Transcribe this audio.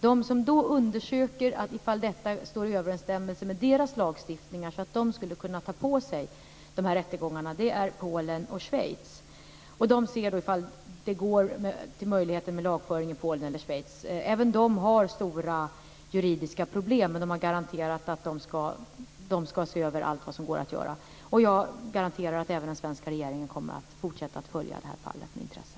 De som då undersöker ifall detta står i överensstämmelse med deras lagstiftningar så att de skulle kunna ta på sig rättegångarna är Polen och Schweiz. De ser ifall det går med lagföring i Polen eller Schweiz. Även de har stora juridiska problem, men de har garanterat att de ska se över allt vad som går att göra. Jag garanterar att även den svenska regeringen kommer att fortsätta att följa det här fallet med intresse.